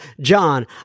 john